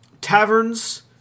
taverns